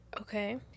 Okay